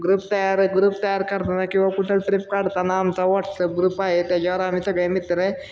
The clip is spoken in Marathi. ग्रुप तयार ग्रुप तयार करताना किंवा कुठे ट्रीप काढताना आमचा वॉट्सअप ग्रुप आहे त्याच्यावर आम्ही सगळे मित्र आहे